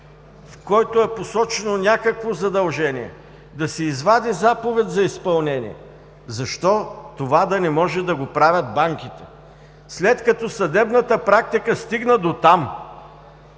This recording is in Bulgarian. в който е посочено някакво задължение, да си извади заповед за изпълнение, защо това да не може да го правят банките? След като съдебната практика стигна дотам,